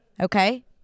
Okay